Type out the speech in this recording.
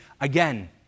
again